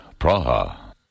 Praha